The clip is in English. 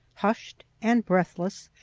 hushed and breathless,